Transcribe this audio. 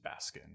Baskin